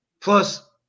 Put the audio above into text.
plus